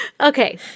okay